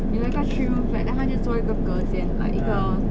有那个 three room flat then 他就做一个隔间 like 一个